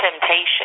temptation